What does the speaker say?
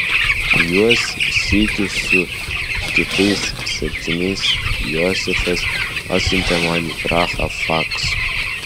juos sykiu su kitais septyniais josifas atsiuntė man į prahą faksu